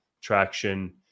traction